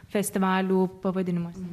festivalių pavadinimuose